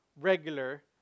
regular